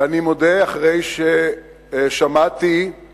ואני מודה, אחרי ששמעתי את